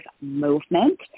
movement